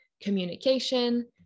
communication